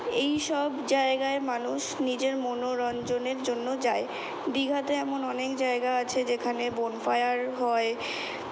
এই সব জায়গায় মানুষ নিজের মনোরঞ্জনের জন্য যায় দিঘাতে এমন অনেক জায়গা আছে যেখানে বনফায়ার হয়